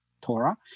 Torah